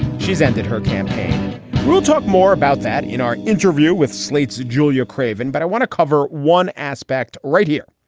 she's ended her campaign we'll talk more about that in our interview with slate's julia craven. but i want to cover one aspect right here.